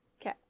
Okay